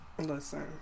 Listen